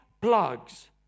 plugs